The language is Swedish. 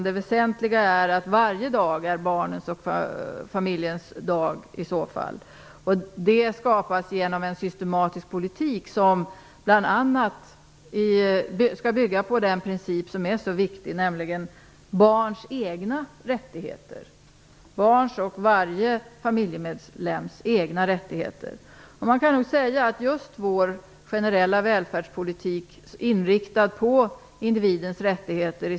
Det väsentliga är att varje dag är barnens och familjens dag. Så blir det genom en systematisk politik som bl.a. skall bygga på den princip som är så viktig, nämligen barns och varje familjemedlems egna rättigheter. Vår generella välfärdspolitik är i hög grad inriktad på individens rättigheter.